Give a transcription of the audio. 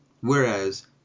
Whereas